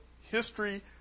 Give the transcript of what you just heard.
history